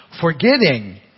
forgetting